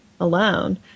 Alone